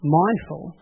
mindful